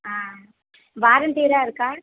ஆ வாரண்ட்டிலாம் இருக்கா